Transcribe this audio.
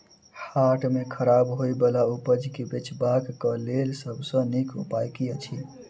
हाट मे खराब होय बला उपज केँ बेचबाक क लेल सबसँ नीक उपाय की अछि?